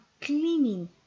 cleaning